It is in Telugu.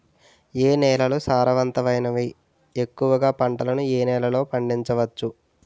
ఏ నేలలు సారవంతమైనవి? ఎక్కువ గా పంటలను ఏ నేలల్లో పండించ వచ్చు?